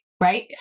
right